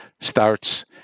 starts